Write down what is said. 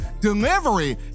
Delivery